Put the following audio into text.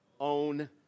own